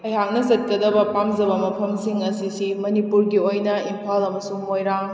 ꯑꯩꯍꯥꯛꯅ ꯆꯠꯀꯗꯕ ꯄꯥꯝꯖꯕ ꯃꯐꯝꯁꯤꯡ ꯑꯁꯤꯁꯤ ꯃꯅꯤꯄꯨꯔꯒꯤ ꯑꯣꯏꯅ ꯏꯝꯐꯥꯜ ꯑꯃꯁꯨꯡ ꯃꯣꯏꯔꯥꯡ